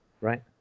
right